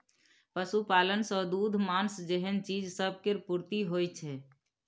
पशुपालन सँ दूध, माँस जेहन चीज सब केर पूर्ति होइ छै